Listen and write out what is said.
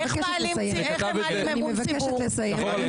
איך מעלים אמון ציבור?